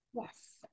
Yes